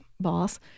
boss